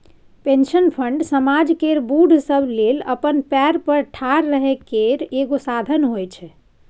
pension fund समाज केर बूढ़ सब लेल अपना पएर पर ठाढ़ रहइ केर एगो साधन होइ छै